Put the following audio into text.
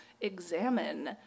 examine